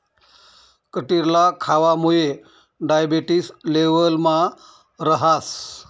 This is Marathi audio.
कटिरला खावामुये डायबेटिस लेवलमा रहास